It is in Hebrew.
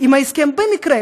אם ההסכם במקרה,